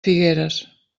figueres